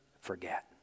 forget